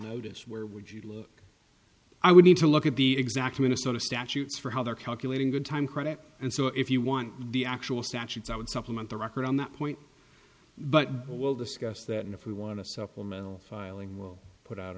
notice where would you look i would need to look at the exact minnesota statutes for how they're calculating good time credit and so if you want the actual statutes i would supplement the record on that point but we'll discuss that and if we want a supplemental filing we'll put out